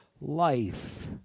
life